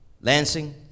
Lansing